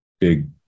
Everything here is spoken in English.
big